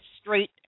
straight